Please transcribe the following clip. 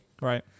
Right